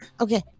Okay